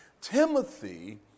Timothy